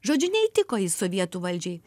žodžiu neįtiko jis sovietų valdžiai